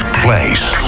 place